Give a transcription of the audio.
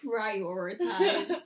prioritize